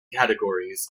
categories